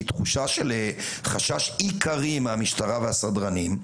היא תחושה של חשש עיקרי מהמשטרה והסדרנים,